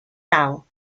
dal